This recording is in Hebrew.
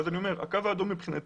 אני אומר שהקו האדום מבחינתי,